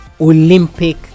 Olympic